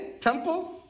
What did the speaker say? temple